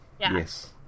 Yes